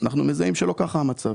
אנחנו מזהים שלא ככה המצב.